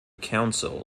council